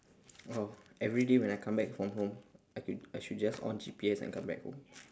oh everyday when I come back from home I could I should just on G_P_S and come back home